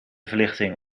verlichting